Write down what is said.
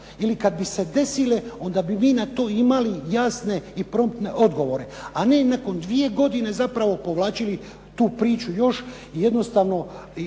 Ili kada bi se desile onda bi na to imali jasne i promptne odgovore. A ne i nakon dvije godine zapravo povlačili tu priču još i jednostavno